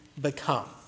become